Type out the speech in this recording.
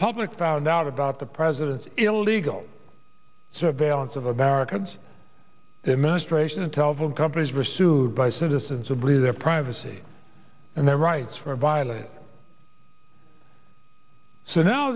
public found out about the president's illegal surveillance of americans the administration telephone companies were sued by citizens of leave their pride a c and their rights were violated so now